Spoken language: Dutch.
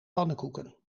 pannenkoeken